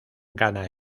gana